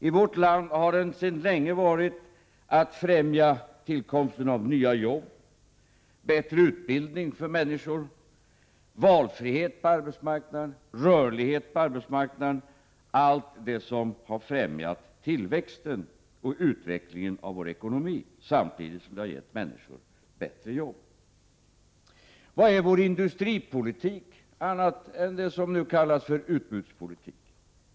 I vårt land har den sedan länge varit att främja tillkomsten av nya jobb, bättre utbildning för människor, valfrihet och rörlighet på arbetsmarknaden — allt det som har främjat tillväxten och utvecklingen av vår ekonomi samtidigt som det har gett människor bättre jobb. Vad är vår industripolitik annat än det som nu kallas utbudspolitik?